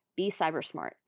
BeCybersmart